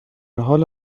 حال